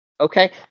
Okay